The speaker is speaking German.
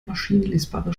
maschinenlesbare